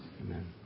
Amen